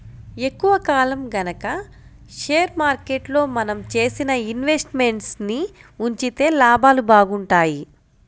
ఎక్కువ కాలం గనక షేర్ మార్కెట్లో మనం చేసిన ఇన్వెస్ట్ మెంట్స్ ని ఉంచితే లాభాలు బాగుంటాయి